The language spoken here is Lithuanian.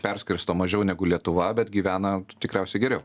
perskirsto mažiau negu lietuva bet gyvena tikriausiai geriau